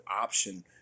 option